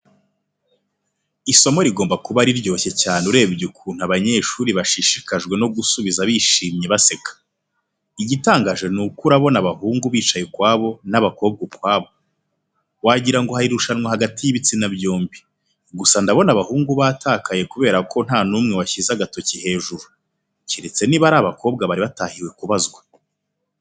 Isomo rigomba kuba riryoshye cyane urebye ukuntu abanyeshuri bashishikajwe no gusubiza bishimye baseka. Igitangaje ni uko urabona abahungu bicaye ukwabo, n'abakobwa ukwabo. Wagira ngo hari irushanwa hagati y'ibitsina byombi. Gusa ndabona abahungu batakaye kubera ko nta n'umwe washyize agatoki hejuru. Keretse niba ari abakobwa bari batahiwe kubazwa.